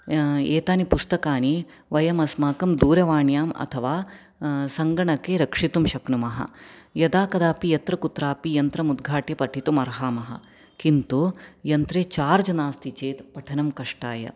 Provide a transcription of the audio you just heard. एतानि पुस्तकानि वयमस्माकं दूरवाण्याम् अथवा सङ्गणके रक्षितुं शक्नुमः यदा कदापि यत्र कुत्रापि यन्त्रमुद्घाट्य पठितुम् अर्हामः किन्तु यन्त्रे चार्ज् नास्ति चेत् पठनं कष्टाय